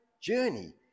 journey